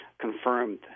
confirmed